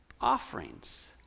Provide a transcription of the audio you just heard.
offerings